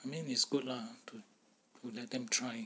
I mean it's good lah to let them try